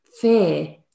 fear